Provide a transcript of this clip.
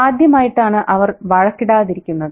ആദ്യമായിട്ടാണ് അവർ വഴക്കിടാതിരിക്കുന്നത്